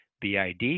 BID